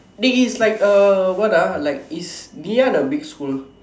dey it's likes uh what ah like is Ngee-Ann a big school